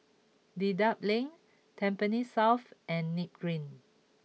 Dedap Link Tampines South and Nim Green